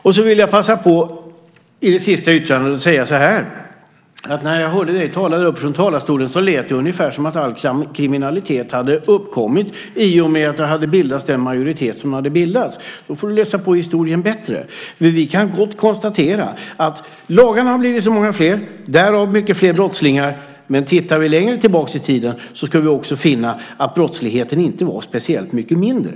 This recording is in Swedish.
I min sista replik vill jag passa på att säga att det när jag hörde dig tala här från talarstolen lät ungefär som att all kriminalitet uppkommit i och med att den majoritet bildades som bildats. Du får läsa på historien bättre! Vi kan gott konstatera att lagarna har blivit så många fler - därav långt fler brottslingar - men om vi tittar på hur det var längre tillbaka i tiden finner vi att brottsligheten då inte var speciellt mycket mindre.